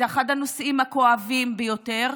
זה אחד הנושאים הכואבים ביותר.